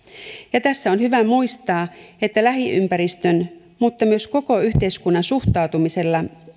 tässä on hyvä muistaa että lähiympäristön mutta myös koko yhteiskunnan suhtautumisella